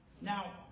Now